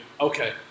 Okay